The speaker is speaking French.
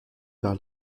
par